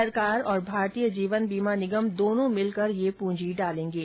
सरकार और भारतीय जीवन बीमा निगम दोनों मिलकर यह प्रंजी डालेंगे